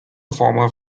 former